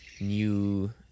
new